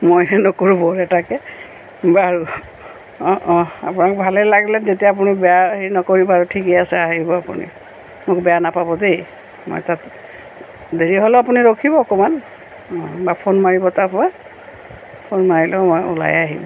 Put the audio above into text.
মই হে নকৰোঁঁ বৰ এটাকৈ বাৰু অঁ অঁ আপোনাক ভালে লাগিলে তেতিয়া আপুনি বেয়া হেৰি নকৰিব আৰু ঠিকে আছে আহিব আপুনি মোক বেয়া নাপাব দেই মই তাত দেৰি হ'লেও আপুনি ৰখিব অকণমান অঁ বা ফোন মাৰিব তাৰপৰা ফোন মাৰিলেও মই উলাইয়ে আহিম